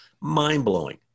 mind-blowing